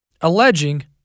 alleging